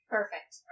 Perfect